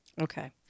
Okay